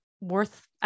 worth